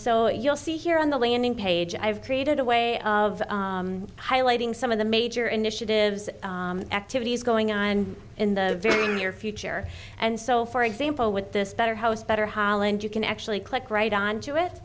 so you'll see here on the landing page i've created a way of highlighting some of the major initiatives activities going on in the very near future and so for example with this better house better holland you can actually click right onto it